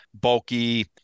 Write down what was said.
bulky